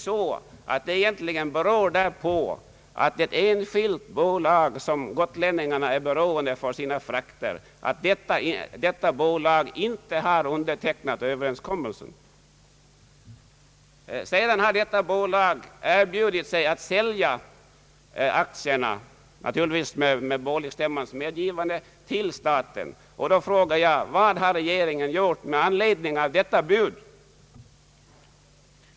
Beror det egentligen inte på att ett enskilt bolag som gotlänningar na är beroende av för sina frakter inte har undertecknat överenskommelsen? Sedan har detta bolag erbjudit sig att sälja aktierna till staten, naturligtvis med bolagsstämmans medgivande. Då frågar jag: Vad har regeringen gjort med anledning av detta bud?